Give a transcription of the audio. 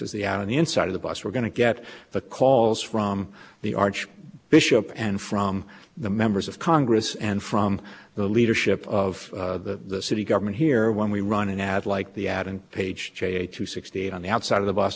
as the on the inside of the bus we're going to get the calls from the arch bishop and from the members of congress and from the leadership of the city government here when we run an ad like the ad and page to sixty on the outside of the b